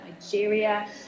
Nigeria